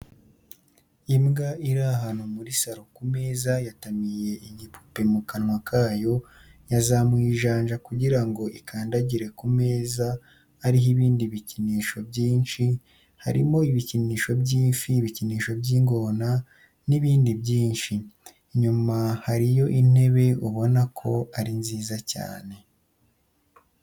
Imbwa iri ahantu muri saro ku meza yatamiye igipupe mu kanwa kayo, yazamuye ijanja kugira ngo ikandagire ku meza ariho ibindi bikinisho byinshi, harimo ibikinisho by'ifi, ibikinishisho by'ingona, n'ibindi byinshi. Inyuma hariyo intebe ubona ko ari nziza cyane .